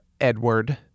Edward